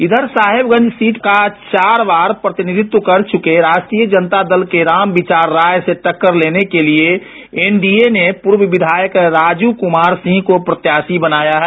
इधर साहेबगंज सीट का चार बार प्रतिनिधित्व कर चुके राष्ट्रीय जनता दल के रामविचार राय से टक्कर लेने के लिए एनडीए ने पूर्व विधायक राजू कुमार सिंह को प्रत्याशी बनाया है